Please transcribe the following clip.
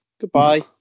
Goodbye